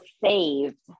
saved